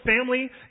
family